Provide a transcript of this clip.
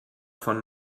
von